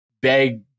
beg